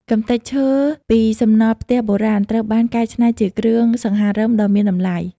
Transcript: កម្ទេចឈើពីសំណល់ផ្ទះបុរាណ ត្រូវបានកែច្នៃជាគ្រឿងសង្ហារឹមដ៏មានតម្លៃ។